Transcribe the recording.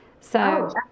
So-